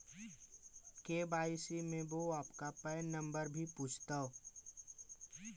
KYC में वो आपका पैन नंबर भी पूछतो